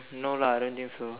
no lah I don't think so